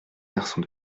garçon